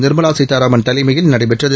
நிம்மா சீதாராமன் தலைமையில் நடைபெற்றது